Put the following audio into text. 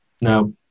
no